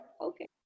Okay